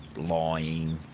lying,